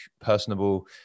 personable